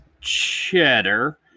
cheddar